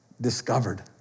discovered